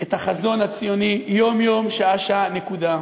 את החזון הציוני יום-יום, שעה-שעה, נקודה.